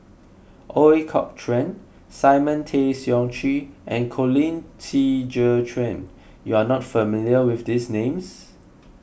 Ooi Kok Chuen Simon Tay Seong Chee and Colin Qi Zhe Quan you are not familiar with these names